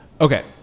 Okay